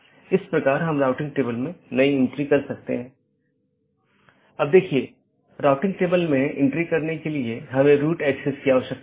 इसलिए जब एक बार BGP राउटर को यह अपडेट मिल जाता है तो यह मूल रूप से सहकर्मी पर भेजने से पहले पथ विशेषताओं को अपडेट करता है